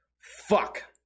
Fuck